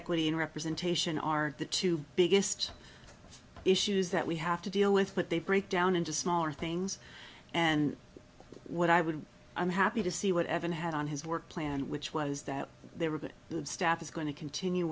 equity in representation are the two biggest issues that we have to deal with but they break down into smaller things and what i would i'm happy to see what evan had on his work plan which was that there were a bit of staff is going to continue